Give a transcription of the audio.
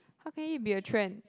how can it be a trend